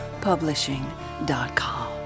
Publishing.com